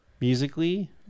Musically